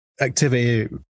activity